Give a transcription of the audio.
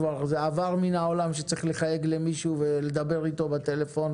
כבר עבר מן העולם שצריך לחייג למישהו ולדבר אתו בטלפון.